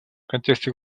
контексте